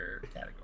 category